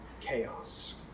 chaos